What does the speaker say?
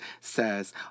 says